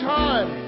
time